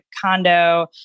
condo